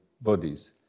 bodies